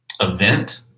event